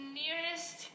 nearest